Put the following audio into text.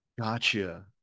gotcha